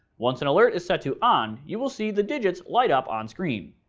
once an alert is set to on you will see the digits light up on screen.